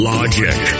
Logic